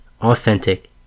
authentic